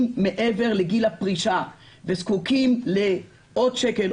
מעבר לגיל הפרישה וזקוקים לעוד שקל,